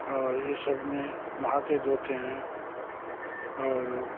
और ये सब में नहाते धोते है और